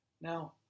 Now